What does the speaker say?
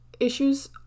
issues